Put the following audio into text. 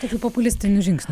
tokių populistinių žingsnių